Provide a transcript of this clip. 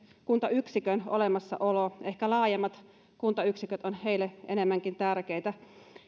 kuntayksikön olemassaolo vaan ehkä laajemmat kuntayksiköt ovat heille enemmänkin tärkeitä